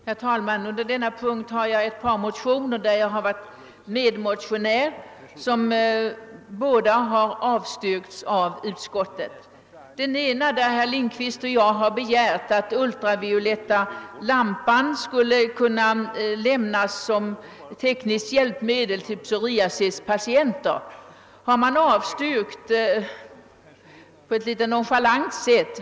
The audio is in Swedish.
Herr talman! Under denna punkt finns ett par motioner, där jag har varit medmotionär, vilka båda motioner har avstyrkts av utskottet. I den ena har herr Lindkvist och jag begärt att ultravioletta lampor skulle kunna lämnas som tekniskt hjälpmedel till psoriasispatienten. Den motionen har utskottet avstyrkt på ett litet nonchalant sätt.